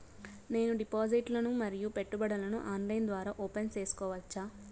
నేను డిపాజిట్లు ను మరియు పెట్టుబడులను ఆన్లైన్ ద్వారా ఓపెన్ సేసుకోవచ్చా?